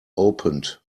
opened